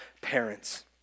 parents